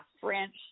French